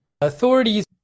Authorities